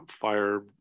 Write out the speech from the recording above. fire